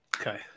Okay